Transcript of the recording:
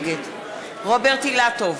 נגד רוברט אילטוב,